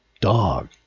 Dog